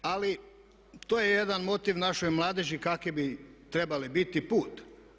Ali to je jedan motiv našoj mladeži kakvi bi trebali biti, put.